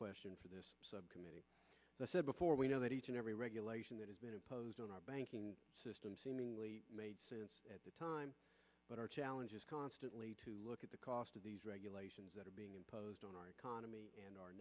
question for this committee said before we know that each and every regulation that has been imposed on our banking system seemingly made sense at the time but our challenge is constantly to look at the cost of these regulations that are being imposed on our economy and our